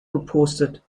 gepostet